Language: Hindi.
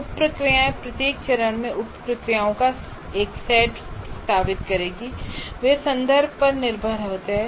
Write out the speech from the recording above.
उप प्रक्रियाएं प्रत्येक चरण में उप प्रक्रियाओं का एक सेट प्रस्तावित करेगी और वे संदर्भ पर निर्भर हैं